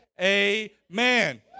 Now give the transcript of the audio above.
Amen